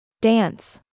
Dance